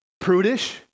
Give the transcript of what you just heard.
prudish